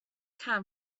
can